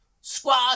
Squad